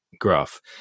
graph